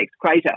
crater